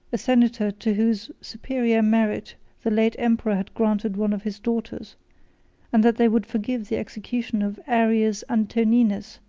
a senator to whose superior merit the late emperor had granted one of his daughters and that they would forgive the execution of arrius antoninus,